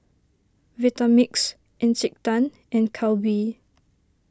Vitamix Encik Tan and Calbee